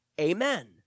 Amen